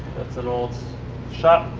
that's an old shot,